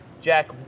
Jack